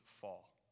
fall